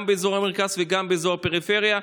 גם באזור המרכז וגם באזור הפריפריה?